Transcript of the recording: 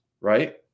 right